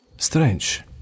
Strange